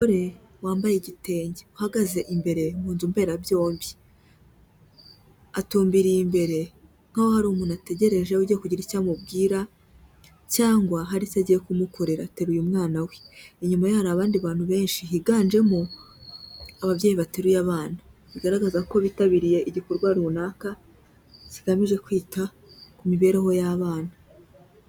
Umugore wambaye igitenge, uhagaze imbere mu nzu mberabyombi. Atumbiriye imbere nk'aho hari umuntu ategeje ugiye kugira icyo amubwira cyangwa hari icyo agiye kumukorera, ateruye umwana we, inyuma ye hari abandi bantu benshi higanjemo ababyeyi bateruye abana, bigaragaza ko bitabiriye igikorwa runaka kigamije kwita ku mibereho y'abana.